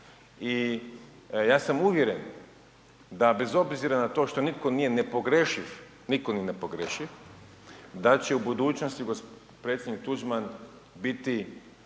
i ja sam uvjeren da bez obzira na to što nitko nije nepogrešiv, nitko ni ne pogriješi, da će u budućnost predsjednik Tuđman biti,